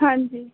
हां जी